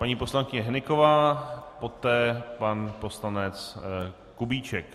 Paní poslankyně Hnyková, poté pan poslanec Kubíček.